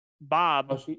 Bob